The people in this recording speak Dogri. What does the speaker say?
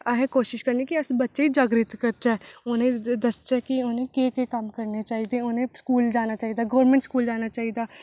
आसे कोशिश करनी के अस बच्चें गी जागृत करचै उ'नेंगी दसचै कि केह् केह् कम्म करने चाहिदे होन उ'नें स्कूल जाना चाहिदा गवर्नमेंट स्कूल जाना चाहिदा